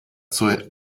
zur